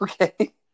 Okay